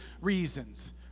reasons